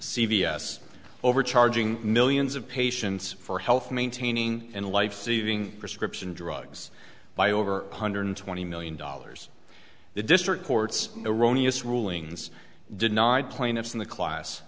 s overcharging millions of patients for health maintaining and lifesaving prescription drugs by over one hundred twenty million dollars the district court's erroneous rulings denied plaintiffs in the class